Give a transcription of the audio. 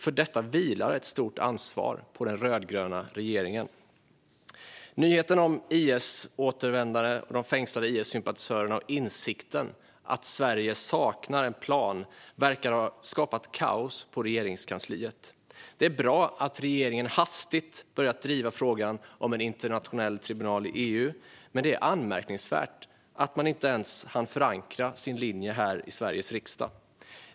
För detta vilar ett stort ansvar på den rödgröna regeringen. Nyheten om IS-återvändarna, de fängslade IS-sympatisörerna och insikten om att Sverige saknar en plan verkar ha skapat kaos på Regeringskansliet. Det är bra att regeringen hastigt har börjat driva frågan om en internationell tribunal i EU, men det är anmärkningsvärt att man inte ens hann förankra sin linje här i Sveriges riksdag.